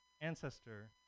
ancestor